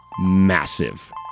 massive